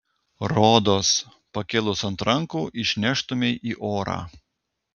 rodos pakėlus ant rankų išneštumei į orą